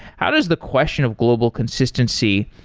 how does the question of global consistency?